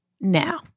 now